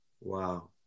Wow